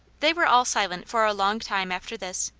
they were all silent for a long time after this.